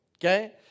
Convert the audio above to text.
Okay